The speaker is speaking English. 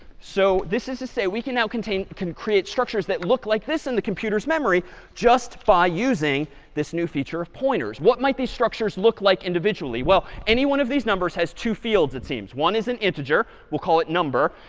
so this is to say we can now create structures that look like this in the computer's memory just by using this new feature of pointers. what might these structures look like individually? well, any one of these numbers has two fields it seems. one is an integer. we'll call it number.